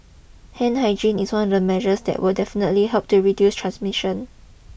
hand hygiene is one of the measures that will definitely help to reduce transmission